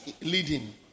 leading